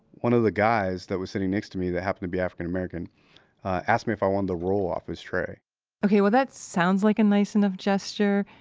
one of the guys that was sitting next to me that happened to be african american asked me if i wanted the roll off his tray ok, well, that sounds like a nice enough gesture.